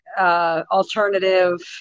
alternative